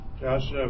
Josh